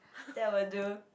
that will do